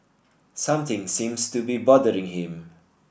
something seems to be bothering him